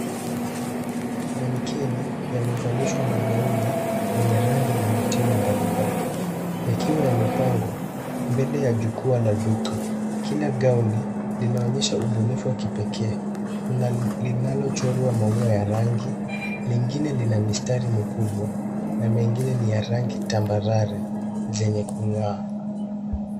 Manekini yamevalishwa magauni yenye rangi na mitindo mbalimbali yakiwa yamepangwa mbele ya jukwa la duka. Kila gauni linaonyesha ubunifu wa kipekee. Kuna linalochorwa maua ya rangi, lingine lina mistari mikubwa na mengine ni ya rangi tambarare zenye kung'aa.